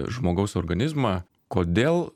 žmogaus organizmą kodėl